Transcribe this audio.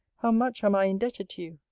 how much am i indebted to you!